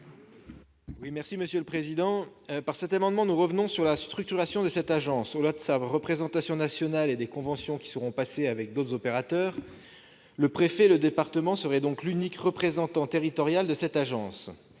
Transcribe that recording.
Guillaume Gontard. Par cet amendement, nous revenons sur la structuration de cette agence. Au-delà de sa représentation nationale et des conventions qui seront passées avec d'autres opérateurs, le préfet de département serait donc l'unique représentant territorial de cette agence.